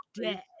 dead